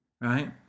right